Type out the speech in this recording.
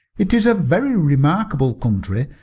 it is a very remarkable country,